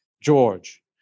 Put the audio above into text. George